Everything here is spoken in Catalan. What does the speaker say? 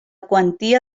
quantia